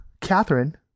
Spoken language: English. Catherine